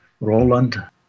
Roland